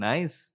Nice